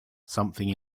something